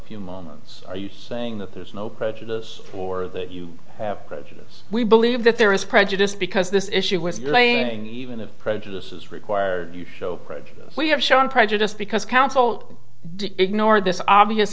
few moments are you saying that there is no prejudice or that you have prejudices we believe that there is prejudice because this issue was laying even of prejudice is required you show prejudice we have shown prejudice because counsel to ignore this obvious